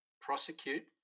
prosecute